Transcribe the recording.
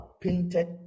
painted